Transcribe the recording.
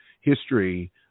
history